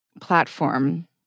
platform